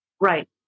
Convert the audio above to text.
Right